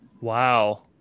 Wow